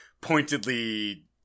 pointedly